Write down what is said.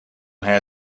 hij